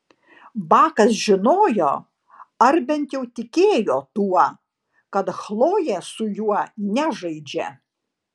bakas žinojo ar bent jau tikėjo tuo kad chlojė su juo nežaidžia